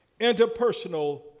Interpersonal